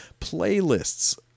playlists